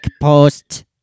post